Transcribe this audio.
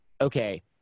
okay